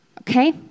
Okay